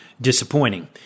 disappointing